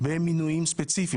במינויים ספציפיים.